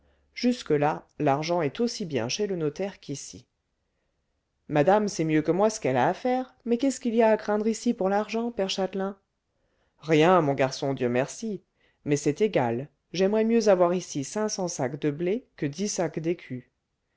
jusque-là l'argent est aussi bien chez le notaire qu'ici madame sait mieux que moi ce qu'elle a à faire mais qu'est-ce qu'il y a à craindre ici pour l'argent père châtelain rien mon garçon dieu merci mais c'est égal j'aimerais mieux avoir ici cinq cents sacs de blé que dix